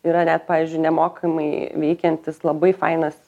yra net pavyzdžiui nemokamai veikiantis labai fainas